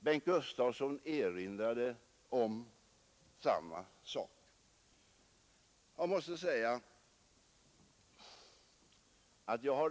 Bengt Gustavsson erinrade om samma sak.